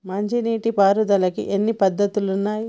మంచి నీటి పారుదలకి ఎన్ని పద్దతులు ఉన్నాయి?